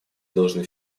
должны